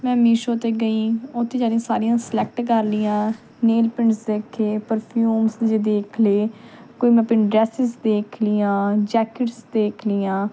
ਮੈਂ ਮੀਸ਼ੋ 'ਤੇ ਗਈ ਉੱਥੇ ਜਾ ਕੇ ਸਾਰੀਆਂ ਸਲੈਕਟ ਕਰ ਲਈਆਂ ਨੇਲ ਪੇਂਟਸ ਦੇਖੇ ਪਰਫਿਊਮ ਜੇ ਦੇਖ ਲਏ ਕੋਈ ਮੈਂ ਆਪਣੀ ਡਰੈਸਸ ਦੇਖ ਲਈਆਂ ਜੈਕਟਿਸ ਦੇਖ ਲਈਆਂ